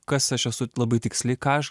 kas aš esu labai tiksliai ką aš